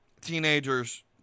teenagers